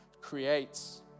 creates